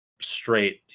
straight